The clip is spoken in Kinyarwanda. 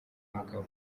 mugabo